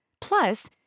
Plus